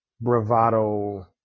bravado